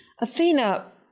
Athena